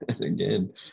again